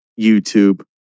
YouTube